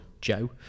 Joe